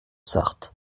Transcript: sarthe